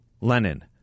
Lenin